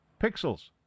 pixels